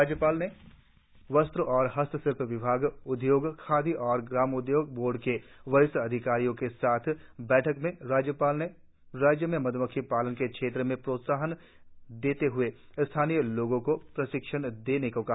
राजभनव में वस्त्र और हस्तशिल्प विभाग उद्योग खादी और ग्रामोद्योग वोर्ड के वरिष्ठ अधिकारियों के साथ बैठक में राज्यपाल ने राज्य में मध्मक्खी पालन के क्षेत्र में प्रोत्साहन देते हए स्थानीय लोगो को प्रशिक्षण देने को कहा